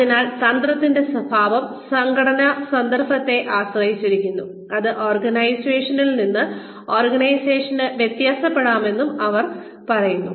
അതിനാൽ തന്ത്രത്തിന്റെ സ്വഭാവം സംഘടനാ സന്ദർഭത്തെ ആശ്രയിച്ചിരിക്കുന്നു അത് ഓർഗനൈസേഷനിൽ നിന്ന് ഓർഗനൈസേഷന് വ്യത്യാസപ്പെടാമെന്നും അവർ പറയുന്നു